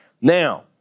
Now